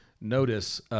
notice –